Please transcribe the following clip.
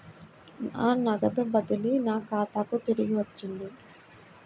నా నగదు బదిలీ నా ఖాతాకు తిరిగి వచ్చింది